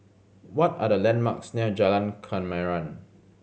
what are the landmarks near Jalan Kemaman